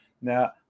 Now